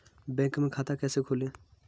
Bank में खाता कैसे खोलें?